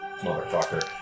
motherfucker